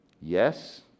Yes